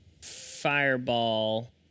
fireball